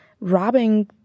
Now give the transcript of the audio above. robbing